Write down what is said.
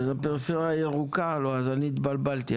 אז הפריפריה ירוקה, אז אני התבלבלתי.